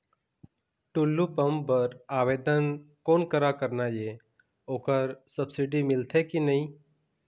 Tullu pump बर आवेदन कोन करा करना ये ओकर सब्सिडी मिलथे की नई?